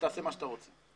תעשה מה שאתה רוצה.